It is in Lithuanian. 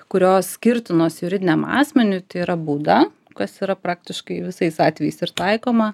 kurios skirtinos juridiniam asmeniui tai yra bauda kas yra praktiškai visais atvejais ir taikoma